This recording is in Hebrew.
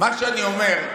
מה שאני אומר,